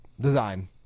design